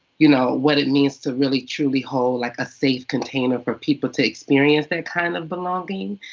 you know what it means to really truly hold like a safe container for people to experience that kind of belonging,